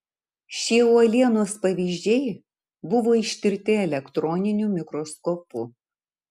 šie uolienos pavyzdžiai buvo ištirti elektroniniu mikroskopu